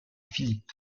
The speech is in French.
philippe